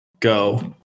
Go